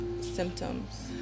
symptoms